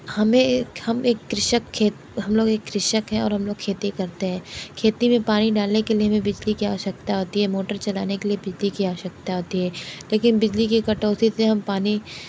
हमें हम एक कृषक खेत हम लोग एक कृषक हैं और हम लोग खेती करते हैं खेती में पानी डालने के लिए हमें बिजली की आवश्यकता होती है मोटर चलाने के लिए बिजली की आवश्यकता होती है लेकिन बिजली की कटौती से हम पानी